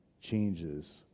changes